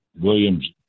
Williams